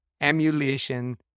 emulation